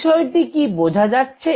বিষয়টি কি বোঝা যাচ্ছে